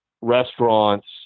restaurants